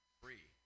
free